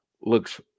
looks